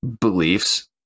beliefs